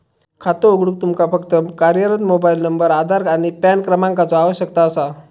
खातो उघडूक तुमका फक्त कार्यरत मोबाइल नंबर, आधार आणि पॅन क्रमांकाचो आवश्यकता असा